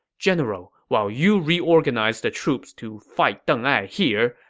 general, while you reorganize the troops to fight deng ai here,